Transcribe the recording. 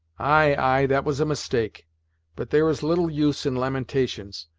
ay ay that was a mistake but there is little use in lamentations,